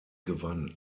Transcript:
gewann